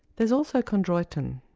there's also chondroitin,